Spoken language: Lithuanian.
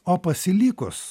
o pasilikus